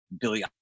Billy